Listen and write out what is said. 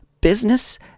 Business